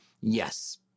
yes